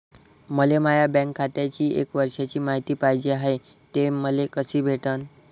मले माया बँक खात्याची एक वर्षाची मायती पाहिजे हाय, ते मले कसी भेटनं?